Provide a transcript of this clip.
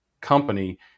company